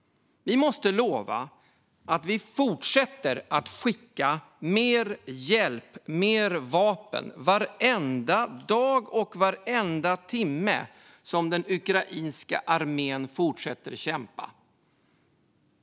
Vi måste lova att vi fortsätter skicka mer hjälp och mer vapen varenda dag och varenda timme som den ukrainska armén fortsätter kämpa.